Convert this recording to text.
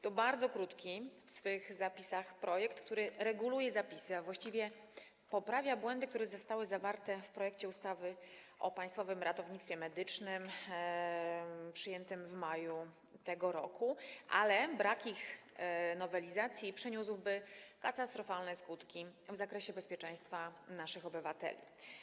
To bardzo krótki projekt, który reguluje zapisy, a właściwie poprawia błędy, które zostały zawarte w projekcie ustawy o Państwowym Ratownictwie Medycznym przyjętym w maju tego roku, ale brak tej nowelizacji przyniósłby katastrofalne skutki w zakresie bezpieczeństwa naszych obywateli.